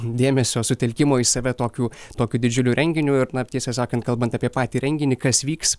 dėmesio sutelkimo į save tokių tokiu didžiuliu renginiu ir na ir tiesą sakant kalbant apie patį renginį kas vyks